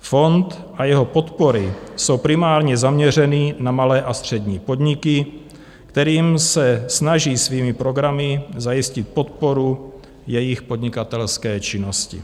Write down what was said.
Fond a jeho podpory jsou primárně zaměřeny na malé a střední podniky, kterým se snaží svými programy zajistit podporu jejich podnikatelské činnosti.